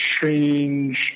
change